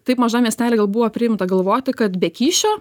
taip mažam miestely gal buvo priimta galvoti kad be kyšio